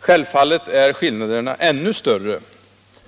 Självfallet är skillnaderna ännu större